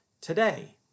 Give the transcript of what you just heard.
today